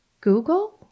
Google